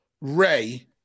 Ray